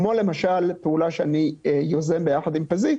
כמו למשל פעולה שאני יוזם ביחד עם פזית